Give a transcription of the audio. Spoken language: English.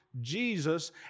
Jesus